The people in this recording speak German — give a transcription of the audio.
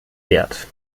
wert